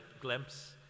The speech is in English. glimpse